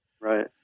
Right